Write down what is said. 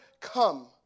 come